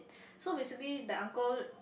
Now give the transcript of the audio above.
so basically that uncle